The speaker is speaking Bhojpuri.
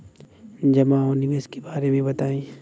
जमा और निवेश के बारे मे बतायी?